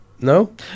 No